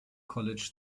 college